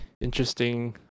interesting